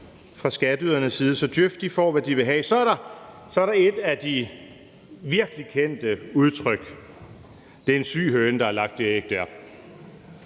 fra skatteydernes side. Så DJØF får, hvad de ville have. Så er der et af de virkelig kendte udtryk: »Det er en syg høne, der har lagt det æg der«.